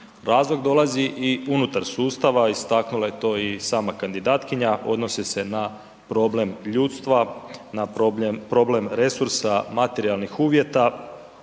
Razlog dolazi i unutar sustava, istaknula je to i sama kandidatkinja, odnose se na problem ljudstva, na problem resursa materijalnih uvjeta